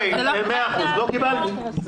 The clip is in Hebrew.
אם יש הסכם, תעבירו עכשיו.